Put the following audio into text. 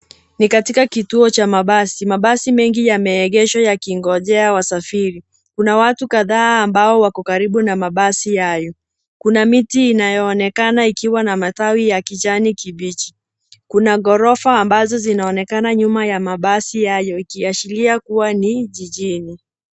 Ni katika kituo cha mabasi. Mabasi mengi yameegeshwa yakingojea wasafiri. Kuna watu kadhaa ambao wako karibu na mabasi hayo. Kuna miti inayoonekana ikiwa na matawi ya kijani kibichi. Kuna ghorofa ambazo zinaonekana nyuma ya mabasi hayo ikiashiria kuwa ni jijini.